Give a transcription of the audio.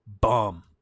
bomb